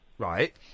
Right